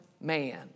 man